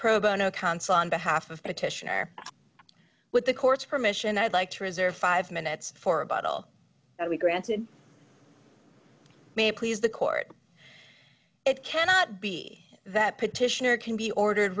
pro bono council on behalf of petitioner with the court's permission i'd like to reserve five minutes for a bottle that we granted may please the court it cannot be that petitioner can be ordered